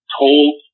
told